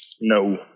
No